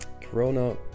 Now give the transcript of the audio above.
Corona